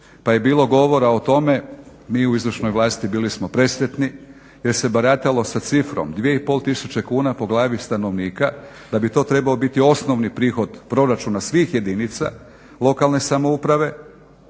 pa je bilo govora o tome, mi u izvršnoj vlasti bili smo presretni jer se baratalo sa cifrom 2500 tisuće kuna po glavi stanovnika da bi to trebao biti osnovni prihod proračuna svih jedinica lokalne samouprave